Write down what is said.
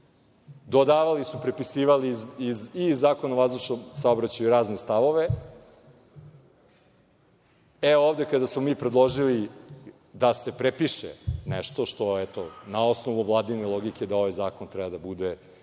Dodavali su, prepisivali i iz Zakona o vazdušnom saobraćaju razne stavove. E ovde, kada smo mi predložili da se prepiše nešto što, eto, na osnovu Vladine logike da ovaj zakon treba da bude